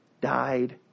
died